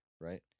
right